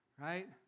right